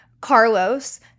Carlos